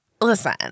listen